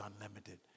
unlimited